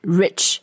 rich